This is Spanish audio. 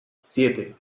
siete